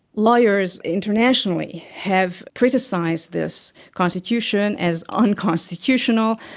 lawyers internationally have criticised this constitution as unconstitutional.